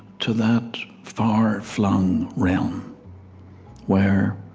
to that far-flung realm where,